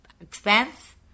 expense